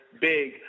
big